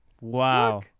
wow